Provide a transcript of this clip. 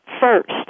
first